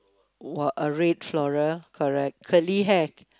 wha~ uh red floral correct curly hair